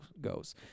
goes